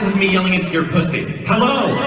me yelling into your pussy hello!